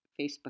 Facebook